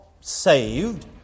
saved